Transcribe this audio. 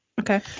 Okay